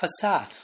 facade